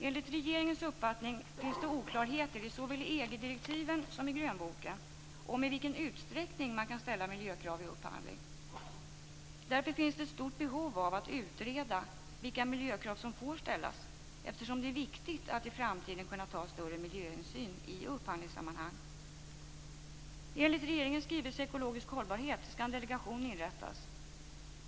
Enligt regeringens uppfattning finns det oklarheter i såväl EG-direktiven som i grönboken om i vilken utsträckning man kan ställa miljökrav vid upphandling. Det finns ett stort behov av att utreda vilka miljökrav som får ställas eftersom det är viktigt att i framtiden kunna ta större miljöhänsyn i upphandlingssammanhang. Enligt regeringens skrivelse Ekologisk hållbarhet skall en delegation inrättas.